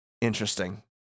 interesting